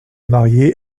marié